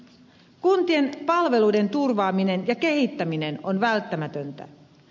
kuntien palveluiden turvaaminen ja kehittäminen on välttämätöntä